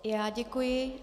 I já děkuji.